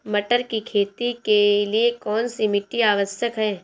मटर की खेती के लिए कौन सी मिट्टी आवश्यक है?